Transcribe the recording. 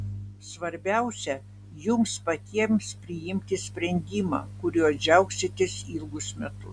svarbiausia jums patiems priimti sprendimą kuriuo džiaugsitės ilgus metus